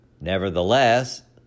Nevertheless